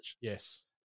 Yes